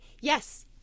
Yes